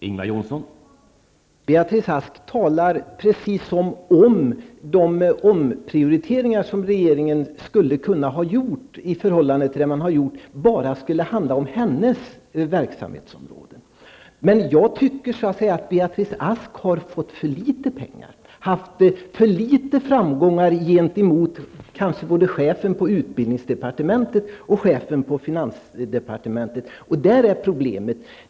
Herr talman! Beatrice Ask talar precis som om de omprioriteringar som regeringen skulle kunna ha gjort i förhållande till det som den har gjort bara skulle handla om hennes verksamhetsområde. Men jag tycker att Beatrice Ask har fått för litet pengar och har haft för litet framgångar hos kanske både chefen på utbildningsdepartementet och chefen på finansdepartementet. Och där är problemet.